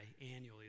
annually